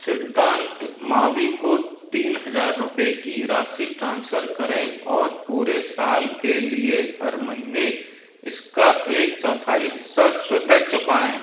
सिद्धांत मावी को तीन हज़ार रुपये की राशि ट्रांसफ़र करें और पूरे साल के लिए हर महीने इसका एक चौथाई हिस्सा स्वतः चुकाएं